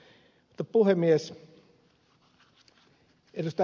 mutta puhemies ed